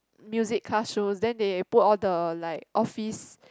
music classrooms then they put all the like office